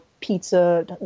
pizza